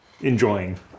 enjoying